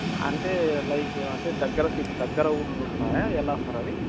అంటే లైక్ అంటే దగ్గర సి దగ్గర ఊర్లు ఉంటాయా ఎలా సార్ అవి